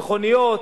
מכוניות,